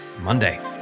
Monday